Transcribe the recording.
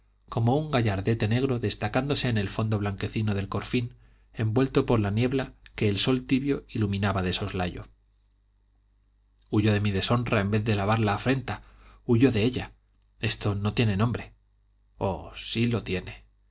como un gallardete negro destacándose en el fondo blanquecino de corfín envuelto por la niebla que el sol tibio iluminaba de soslayo huyo de mi deshonra en vez de lavar la afrenta huyo de ella esto no tiene nombre oh sí lo tiene